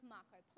Marco